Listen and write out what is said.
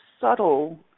subtle